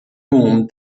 home